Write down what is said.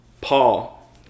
Paul